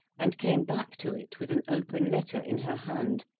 and came back to it with an open letter in her hand,